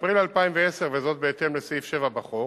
באפריל 2010, בהתאם לסעיף 7 בחוק,